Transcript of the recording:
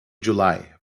july